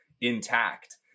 intact